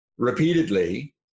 repeatedly